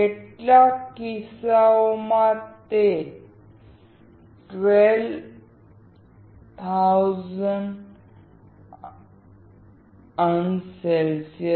કેટલાક કિસ્સાઓમાં તે 1200C સુધી જાય છે